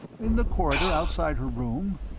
in the corridor outside her room?